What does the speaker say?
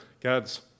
God's